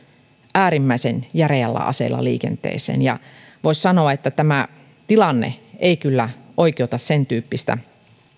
äärimmäisen järeällä aseella liikenteeseen ja voisi sanoa että tämä tilanne ei kyllä oikeuta sentyyppistä